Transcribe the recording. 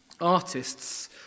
artists